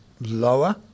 lower